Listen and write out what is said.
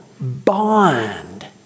bond